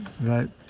right